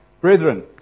Brethren